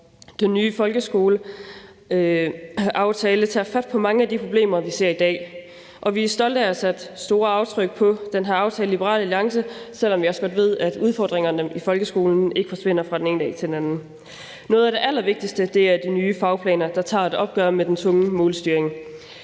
Den nye folkeskoleaftale tager fat på mange af de problemer, vi ser i dag, og vi er stolte af at have sat store aftryk på den her aftale i Liberal Alliance, selv om vi også godt ved, at udfordringerne i folkeskolen ikke forsvinder fra den ene dag til den anden. Noget af det allervigtigste er de nye fagplaner, der tager et opgør med den tunge målstyring.